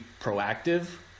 proactive